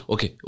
Okay